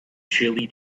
chili